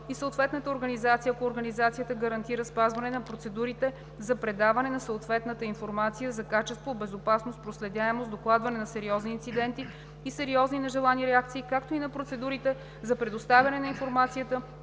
и съответната организация, ако организацията гарантира спазване на процедурите за предаване на съответната информация за качество, безопасност, проследяемост, докладване на сериозни инциденти и сериозни нежелани реакции, както и на процедурите за предоставяне на информацията